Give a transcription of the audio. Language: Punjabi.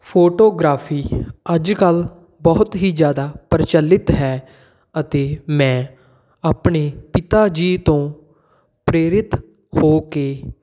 ਫੋਟੋਗ੍ਰਾਫੀ ਅੱਜ ਕੱਲ੍ਹ ਬਹੁਤ ਹੀ ਜ਼ਿਆਦਾ ਪ੍ਰਚਲਿਤ ਹੈ ਅਤੇ ਮੈਂ ਆਪਣੇ ਪਿਤਾ ਜੀ ਤੋਂ ਪ੍ਰੇਰਿਤ ਹੋ ਕੇ